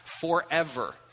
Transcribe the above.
forever